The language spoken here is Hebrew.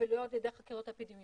ולא על ידי חקירות האפידמיולוגיות.